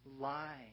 lie